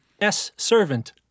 S-servant